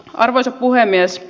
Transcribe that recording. arvoisa puhemies